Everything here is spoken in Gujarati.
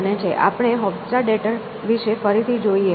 આપણે હોફ્સ્ટાડેટર વિશે ફરીથી જોઈએ